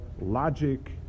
logic